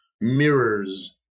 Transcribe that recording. mirrors